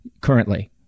currently